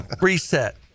reset